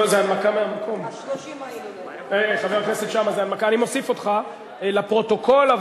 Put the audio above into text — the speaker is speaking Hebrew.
אני מוסיף אותך לפרוטוקול,